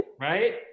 Right